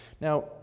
Now